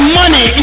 money